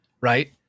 right